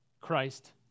Christ